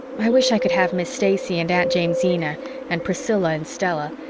i wish i could have miss stacey and aunt jamesina and priscilla and stella.